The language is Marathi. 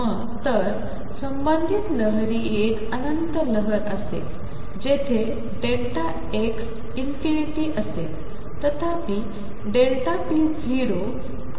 मगसंबंधितलहरहिएकअनंतलहरअसेलजिथे Δx → तथापि p 0